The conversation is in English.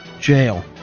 jail